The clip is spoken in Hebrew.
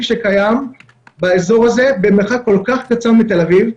שקיים באזור במרחק כל כך קצר מתל אביב.